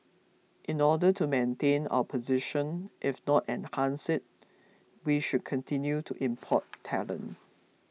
in order to maintain our position if not enhance it we should continue to import talent